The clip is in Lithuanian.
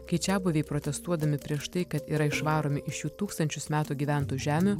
kai čiabuviai protestuodami prieš tai kad yra išvaromi iš jų tūkstančius metų gyventų žemių